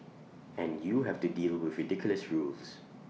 and you have to deal with ridiculous rules